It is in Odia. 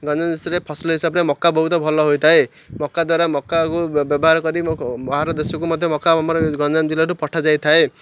ଗଞ୍ଜାମ ଦେଶରେ ଫସଲ ହିସାବରେ ମକା ବହୁତ ଭଲ ହୋଇଥାଏ ମକା ଦ୍ୱାରା ମକାକୁ ବ୍ୟବହାର କରି ବାହାର ଦେଶକୁ ମଧ୍ୟ ମକା ଆମର ଗଞ୍ଜାମ ଜିଲ୍ଲାରୁ ପଠାଯାଇଥାଏ